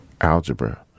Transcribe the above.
algebra